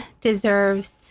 deserves